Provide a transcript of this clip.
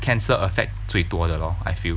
cancer affect 最多的 lor I feel